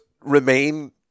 remain